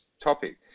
topic